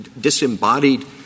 disembodied